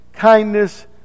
kindness